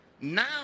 Now